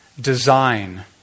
design